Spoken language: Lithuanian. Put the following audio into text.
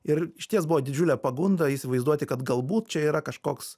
ir išties buvo didžiulė pagunda įsivaizduoti kad galbūt čia yra kažkoks